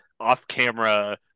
off-camera